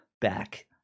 back